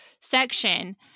section